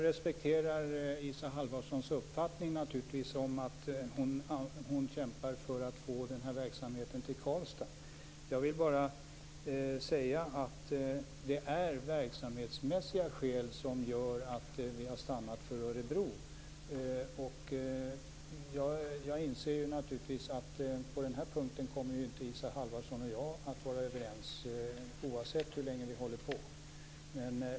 Fru talman! Jag respekterar naturligtvis att Isa Halvarsson kämpar för att få verksamheten till Karlstad. Jag vill ändå säga att det är verksamhetsmässiga skäl som gör att vi har stannat för Örebro. På den här punkten kommer Isa Halvarsson och jag inte att bli överens, oavsett hur länge vi håller på att diskutera frågan.